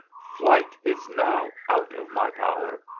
flight is now out of my power!